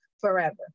forever